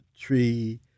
Tree